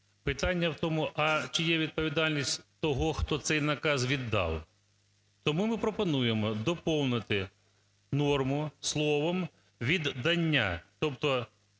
Питання у тому, а чи є відповідальність того, хто цей наказ віддав. Тому ми пропонуємо доповнити норму словом "віддання".